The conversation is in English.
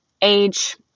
age